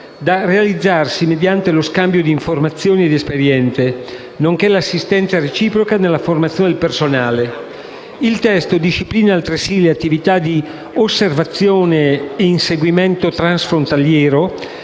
da realizzarsi mediante lo scambio di informazioni e di esperienze, nonché l'assistenza reciproca nella formazione del personale. Il testo disciplina altresì le attività di osservazione e inseguimento transfrontaliere,